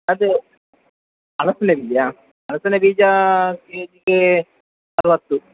ಅದು ಅಳಸಂಡೆ ಬೀಜೆಯಾ ಅಳಸಂಡೆ ಬೀಜ ಕೆ ಜಿಗೆ ಅರ್ವತ್ತು